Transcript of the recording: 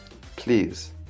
Please